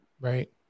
right